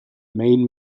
main